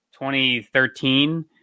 2013